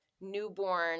newborn